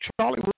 Charlie